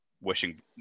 wishing